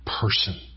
person